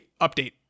update